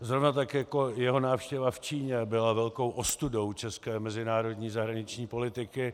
Zrovna tak jako jeho návštěva v Číně byla velkou ostudou české mezinárodní zahraniční politiky.